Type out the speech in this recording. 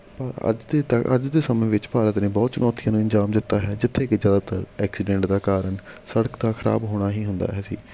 ਤਾਂ ਅੱਜ ਦੇ ਤਾਂ ਅੱਜ ਦੇ ਸਮੇਂ ਵਿੱਚ ਭਾਰਤ ਨੇ ਬਹੁਤ ਚੁਣੌਤੀਆਂ ਨੂੰ ਅੰਜਾਮ ਦਿੱਤਾ ਹੈ ਜਿੱਥੇ ਕਿ ਜ਼ਿਆਦਾਤਰ ਐਕਸੀਡੈਂਟ ਦਾ ਕਾਰਨ ਸੜਕ ਦਾ ਖਰਾਬ ਹੋਣਾ ਹੀ ਹੁੰਦਾ ਹੈ ਸੀ